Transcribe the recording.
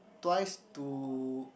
twice to